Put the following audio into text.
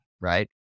right